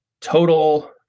Total